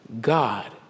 God